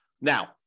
Now